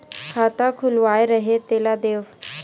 खाता खुलवाय रहे तेला देव?